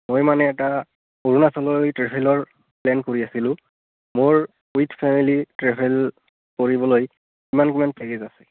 মই মানে এটা অৰুণাচললৈ ট্ৰেভেলৰ প্লেন কৰি আছিলোঁ মোৰ উইঠ ফেমিলী ট্ৰেভেল কৰিবলৈ কিমান কিমান পেকেজ আছে